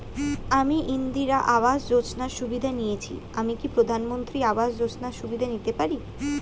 আমি ইন্দিরা আবাস যোজনার সুবিধা নেয়েছি আমি কি প্রধানমন্ত্রী আবাস যোজনা সুবিধা পেতে পারি?